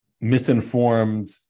misinformed